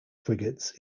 frigates